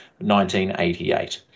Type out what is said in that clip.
1988